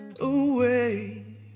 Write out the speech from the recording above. away